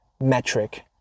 metric